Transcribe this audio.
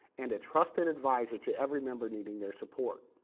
and a trusted advisor to every member needing their support.